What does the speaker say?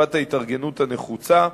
תקופת ההתארגנות הנחוצה,